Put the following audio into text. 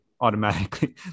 automatically